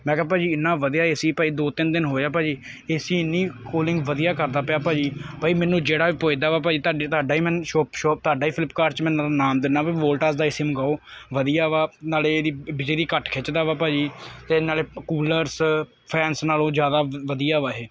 ਮੈਂ ਕਿਹਾ ਭਾਅ ਜੀ ਇੰਨਾ ਵਧੀਆ ਏਸੀ ਭਾਅ ਜੀ ਦੋ ਤਿੰਨ ਦਿਨ ਹੋਏ ਆ ਭਾਅ ਜੀ ਏਸੀ ਐਨੀ ਕੂਲਿੰਗ ਵਧੀਆ ਕਰਦਾ ਪਿਆ ਭਾਅ ਜੀ ਭਾਅ ਜੀ ਮੈਨੂੰ ਜਿਹੜਾ ਵੀ ਪੁੱਛਦਾ ਵਾ ਭਾਅ ਜੀ ਤਾਡੀ ਤਾਡਾ ਈ ਮੈਨੂੰ ਸ਼ੋਪ ਸ਼ੋਪ ਤਾਡਾ ਈ ਫਲਿੱਪ ਕਾਟ ਚ ਨ ਨਾਮ ਦਿੰਨਾ ਵਈ ਵੋਲਟਾਸ ਦਾ ਏਸੀ ਮੰਗਾਓ ਵਧੀਆ ਵਾ ਨਾਲੇ ਇਹਦੀ ਬਿਜਲੀ ਘੱਟ ਖਿੱਚਦਾ ਵਾ ਭਾਅ ਜੀ ਤੇ ਨਾਲੇ ਕੁਲਰਸ ਫੈਨਸ ਨਾਲੋ ਜਿਆਦਾ ਵਧੀਆ ਵਾ ਇਹ